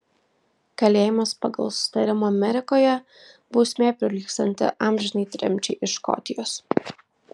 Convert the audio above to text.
kalėjimas pagal susitarimą amerikoje bausmė prilygstanti amžinai tremčiai iš škotijos